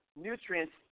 nutrients